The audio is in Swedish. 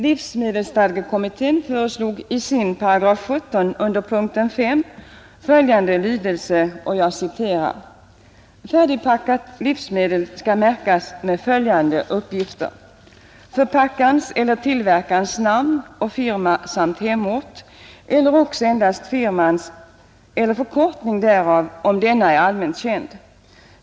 Livsmedelsstadgekommittén föreslog i sin 17 § under punkten 5 följande lydelse: ”Färdigförpackat livsmedel skall märkas med följande uppgifter: ——— förpackarens eller tillverkarens namn eller firma samt hemort eller också endast firman eller förkortning därav, om denna är allmänt känd.